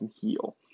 heal